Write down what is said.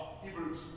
Hebrews